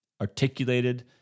articulated